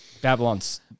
Babylon's